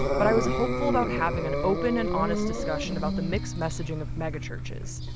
but i was hopeful about having an open and honest discussion about the mixed messaging of megachurches.